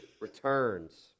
returns